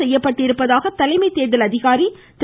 செய்யப்பட்டிருப்பதாக தலைமை தேர்தல் அதிகாரி திரு